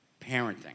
parenting